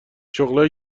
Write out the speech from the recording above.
شغلهایی